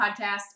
podcast